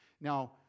Now